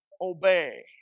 obey